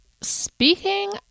speaking